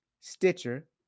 Stitcher